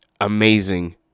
amazing